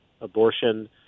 abortion